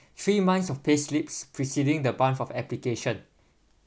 three months of payslips preceding the month of application